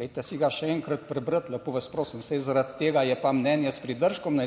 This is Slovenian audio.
dajte si ga še enkrat prebrati, lepo vas prosim, saj zaradi tega je pa mnenje s pridržkom na